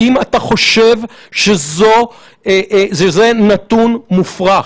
האם אתה חושב שזה נתון מופרך?